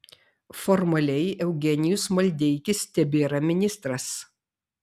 formaliai eugenijus maldeikis tebėra ministras